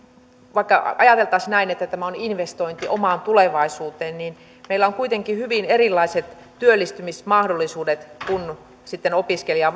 vaikka ajateltaisiin näin että tämä on investointi omaan tulevaisuuteen niin meillä on kuitenkin hyvin erilaiset työllistymismahdollisuudet kun sitten opiskelija